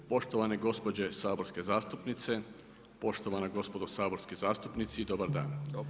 Poštovane gospođe saborske zastupnice poštovana gospodo saborski zastupnici, dobar dan.